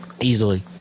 easily